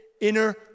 inner